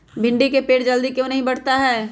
भिंडी का पेड़ जल्दी क्यों नहीं बढ़ता हैं?